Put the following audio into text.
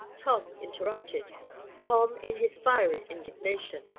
tom interrupted tom, in his fiery indignation.